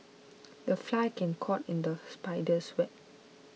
the fly can caught in the spider's web